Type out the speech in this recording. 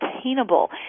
attainable